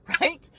right